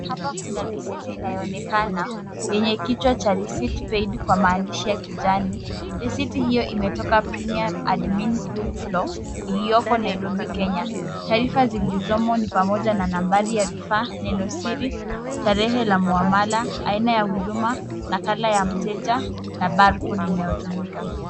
Hapa kuna risiti inayoonekana, yenye kichwa cha Receipt Paid kwa maandishi ya kijani. Risiti hiyo imetoka Premium Admin Group Floor, iliyoko Nairobi, Kenya. Taarifa zilizomo ni pamoja na nambari ya rufaa, nenosiri, tarehe la muamala, aina ya huduma, nakala ya mteja, na barcode inayotumika.